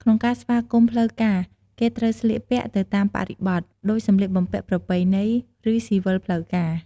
ក្នុងការស្វាគមន៍ផ្លូវការគេត្រូវស្លៀកពាក់ទៅតាមបរិបទ ដូចសម្លៀកបំពាក់ប្រពៃណី ឬស៊ីវិលផ្លូវការ ។